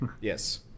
Yes